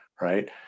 right